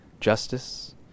justice